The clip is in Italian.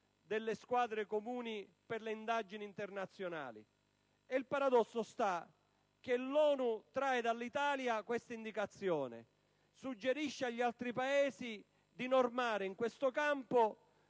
delle squadre comuni per le indagini internazionali. Il paradosso sta nel fatto che l'ONU trae dall'Italia tale indicazione e suggerisce agli altri Paesi di normare in questo campo;